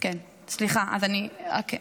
כן, סליחה, אדוני.